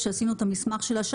כשעשינו את המסמך שלנו,